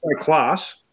class